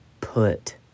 put